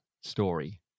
story